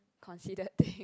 consider thing